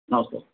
ନମସ୍କାର